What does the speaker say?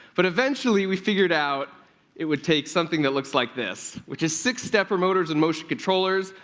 but eventually we figured out it would take something that looks like this, which is six stepper motors and motion controllers,